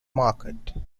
market